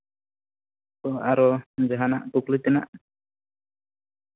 ᱟᱨᱚ ᱡᱟᱦᱟᱱᱟᱜ ᱠᱩᱠᱞᱤ ᱛᱮᱱᱟᱜ